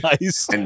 Nice